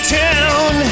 town